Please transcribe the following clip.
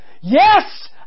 Yes